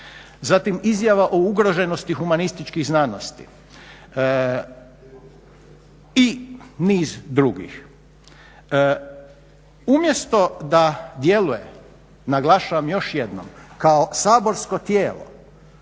Zatim izjava o ugroženosti humanističkih znanosti i niz drugih. Umjesto da djeluje, naglašavam još jednom kao saborsko tijelo